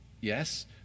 Yes